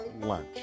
lunch